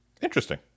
Interesting